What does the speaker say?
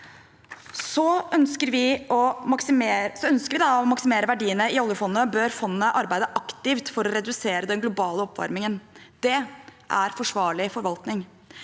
vi ønsker å maksimere verdiene i oljefondet, bør fondet altså arbeide aktivt for å redusere den globale oppvarmingen. Det er forsvarlig forvaltning.